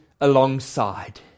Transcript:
alongside